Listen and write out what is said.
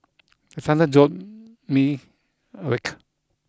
the thunder jolt me awake